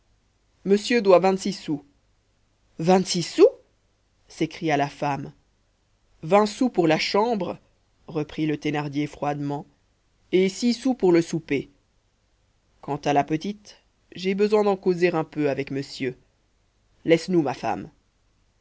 monsieur doit vingt-six sous vingt-six sous s'écria la femme vingt sous pour la chambre reprit le thénardier froidement et six sous pour le souper quant à la petite j'ai besoin d'en causer un peu avec monsieur laisse-nous ma femme